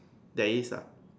there is lah